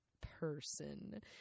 person